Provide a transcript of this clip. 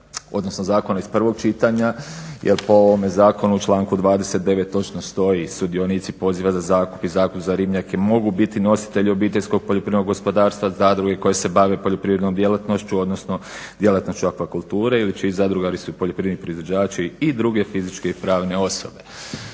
odnosno zakona iz prvog čitanja jel po ovome zakonu članku 29.točno stoji "Sudionici poziva za zakup i zakup za ribnjake mogu biti nositelji OPG-a zadruge koje se bave poljoprivrednom djelatnošću odnosno djelatnošću akva kulture ili čiji zadrugari su poljoprivredni proizvođači i druge fizičke i pravne osobe",